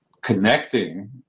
connecting